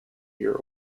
your